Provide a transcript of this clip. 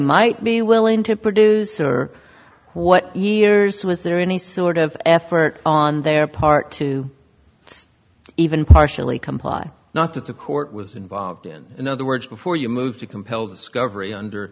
might be willing to produce or what years was there any sort of effort on their part to even partially comply not that the court was involved in in other words before you move to compel discovery under